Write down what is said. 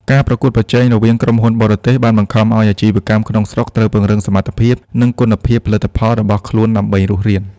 ការប្រកួតប្រជែងរវាងក្រុមហ៊ុនបរទេស បានបង្ខំឱ្យអាជីវកម្មក្នុងស្រុកត្រូវពង្រឹងសមត្ថភាព និងគុណភាពផលិតផលរបស់ខ្លួនដើម្បីរស់រាន។